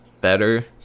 better